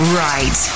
right